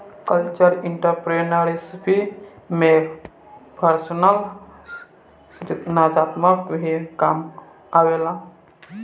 cultural entrepreneurship में personal सृजनात्मकता भी काम आवेला